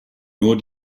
nur